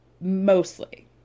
Mostly